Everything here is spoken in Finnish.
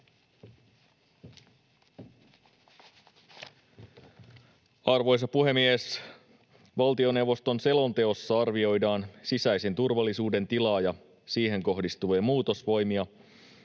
Arvoisa puhemies! Valtioneuvoston selonteossa arvioidaan sisäisen turvallisuuden tilaa ja siihen kohdistuvia muutosvoimia